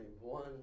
one